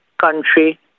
country